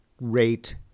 rate